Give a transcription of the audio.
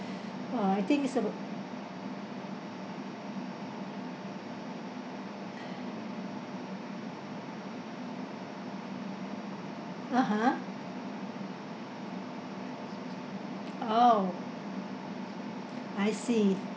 uh I think is abo~ (uh huh) oh I see